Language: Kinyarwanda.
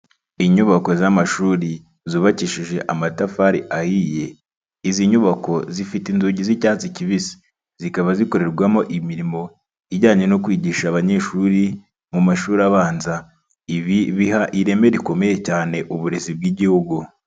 Inyubako z'amashuri zubakishije amatafari ahiye. Izi nyubako zifite inzugi z'icyatsi kibisi, zikaba zikorerwamo imirimo ijyanye no kwigisha abanyeshuri mu mashuri abanza, ibi biha ireme rikomeye cyane uburezi bw'igihugu.